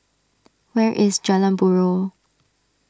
where is Jalan Buroh